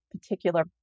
particular